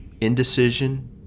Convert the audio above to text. indecision